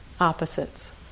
opposites